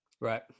right